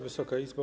Wysoka Izbo!